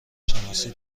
شناسی